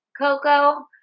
Coco